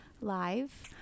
live